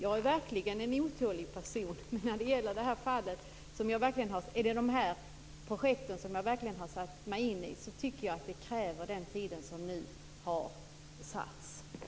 Jag är verkligen en otålig person, men när det gäller dessa projekt, som jag har satt mig in i, tycker jag att de får kräva den tid som nu har fastställts.